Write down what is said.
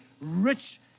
rich